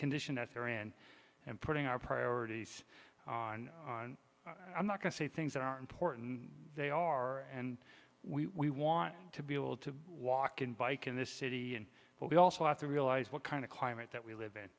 condition at their end and putting our priorities i'm not going to say things that are important they are and we want to be able to walk and bike in this city and but we also have to realize what kind of climate that we live in